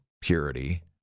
purity